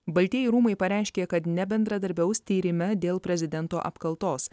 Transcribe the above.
baltieji rūmai pareiškė kad nebendradarbiaus tyrime dėl prezidento apkaltos